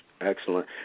Excellent